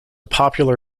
popular